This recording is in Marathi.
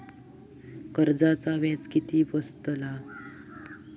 कर्जाचा व्याज किती बसतला?